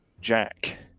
Jack